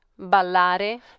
ballare